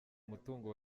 umutungo